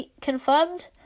confirmed